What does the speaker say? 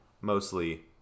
Mostly